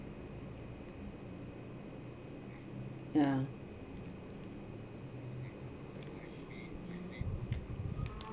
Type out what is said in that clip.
ya